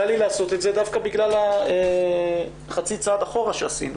קל לי לעשות את זה דווקא בגלל חצי הצעד אחורה שעשינו